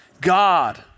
God